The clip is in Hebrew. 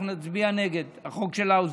אנחנו נצביע נגד החוק של האוזר,